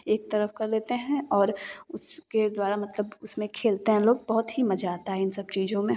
एक तरफ कर लेते हैं और उसके द्वारा मतलब उसमें खेलते हैं लोग बहुत ही मजा आता है इन सब चीज़ों में